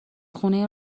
خونه